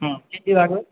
হুম কি কি লাগবে